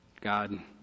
God